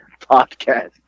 podcast